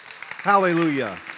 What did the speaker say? Hallelujah